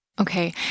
Okay